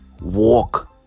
walk